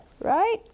Right